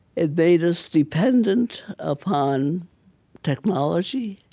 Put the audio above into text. it made us dependent upon technology,